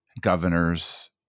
governors